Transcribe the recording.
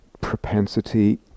propensity